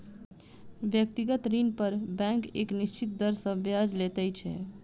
व्यक्तिगत ऋण पर बैंक एक निश्चित दर सॅ ब्याज लैत छै